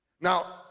Now